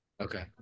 okay